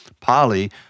Polly